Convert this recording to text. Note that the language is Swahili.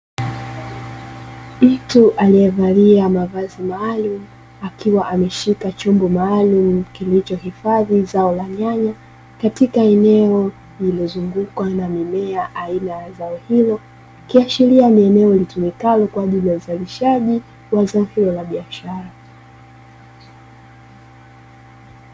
Mtu aliyevalia mavazi maalumu akiwa ameshika chombo maalumu kilichohifadhi zao la nyanya, katika eneo lililozungukwa na mimea aina ya zao hilo. Ikiashiria ni eneo litumikalo kwa ajili ya uzalishaji wa zao hilo la biashara.